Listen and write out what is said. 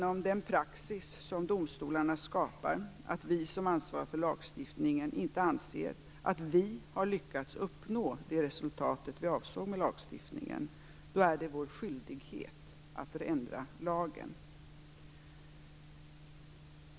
Om vi som ansvarar för lagstiftningen inte anser att vi har lyckats uppnå det resultat vi avsåg med lagstiftningen, genom den praxis som domstolarna skapar, är det vår skyldighet att ändra lagen.